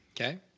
Okay